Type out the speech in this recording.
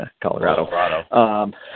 colorado